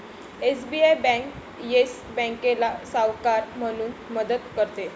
SBI bank Yes बँकेला सावकार म्हणून मदत करते